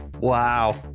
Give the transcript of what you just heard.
wow